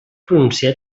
pronunciar